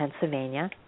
Pennsylvania